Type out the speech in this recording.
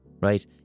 right